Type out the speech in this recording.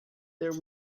there